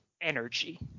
energy